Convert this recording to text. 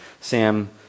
Sam